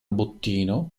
bottino